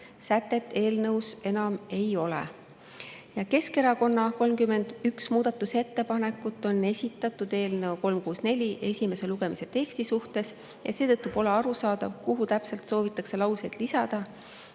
eelnõus enam ei ole. Keskerakonna 31 muudatusettepanekut on esitatud eelnõu 364 esimese lugemise teksti kohta ja seetõttu pole aru saada, kuhu täpselt soovitakse lauseid lisada.